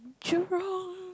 jurong